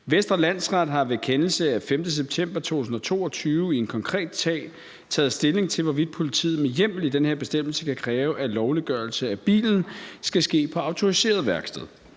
Vestre Landsret har ved kendelse af 5. september 2022 i en konkret sag taget stilling til, hvorvidt politiet med hjemmel i den her bestemmelse kan kræve, at lovliggørelse af bilen skal ske på autoriseret værksted.